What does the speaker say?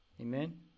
Amen